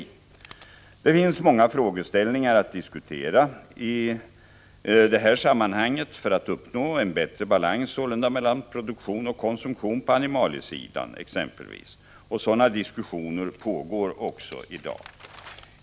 Det finns många frågeställningar att diskutera i detta sammanhang, exempelvis hur vi skall uppnå en bättre balans mellan produktion och konsumtion på animaliesidan. Sådana diskussioner pågår också i dag.